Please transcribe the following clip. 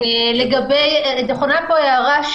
נכונה פה ההערה,